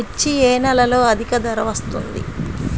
మిర్చి ఏ నెలలో అధిక ధర వస్తుంది?